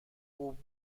خوب